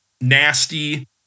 nasty